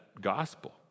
gospel